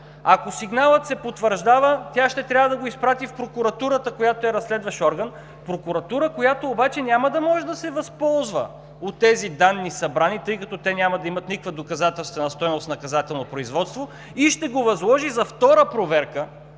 Ако сигналът се потвърждава, тя ще трябва да го изпрати в прокуратурата, която е разследващ орган – прокуратура, която обаче няма да може да се възползва от тези събрани данни, тъй като те няма да имат никаква доказателствена стойност в наказателно производство и ще го възложи за втора проверка